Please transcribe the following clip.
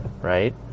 right